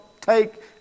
take